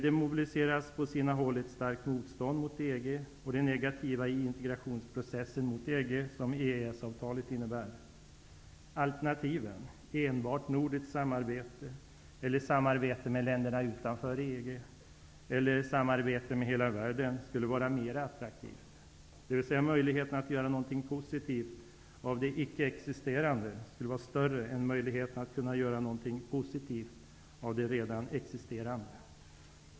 Det mobiliseras på sina håll ett starkt motstånd mot EG och mot det negativa i integrationsprocessen mot EG som EES-avtalet innebär. Alternativen: enbart ett nordiskt samarbete, ett samarbete med länderna utanför EG, eller ett samarbete med hela världen skulle vara mer attraktivt, dvs. möjligheterna att göra något positivt av det icke existerande samarbetet skulle vara större än möjligheten att kunna göra något positivt av det redan existerande.